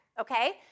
okay